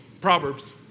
Proverbs